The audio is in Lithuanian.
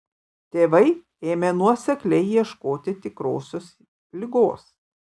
tėvai ėmė nuosekliai ieškoti tikrosios ligos